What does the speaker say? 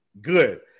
good